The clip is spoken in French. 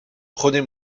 prenez